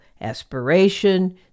aspiration